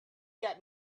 get